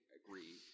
agree